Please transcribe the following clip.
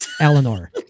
Eleanor